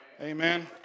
Amen